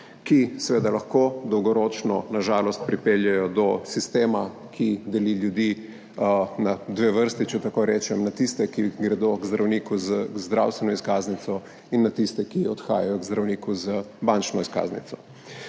ki seveda lahko dolgoročno na žalost pripeljejo do sistema, ki deli ljudi na dve vrsti, če tako rečem, na tiste, ki gredo k zdravniku z zdravstveno izkaznico in na tiste, ki odhajajo k zdravniku z bančno izkaznico.